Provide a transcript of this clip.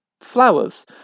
flowers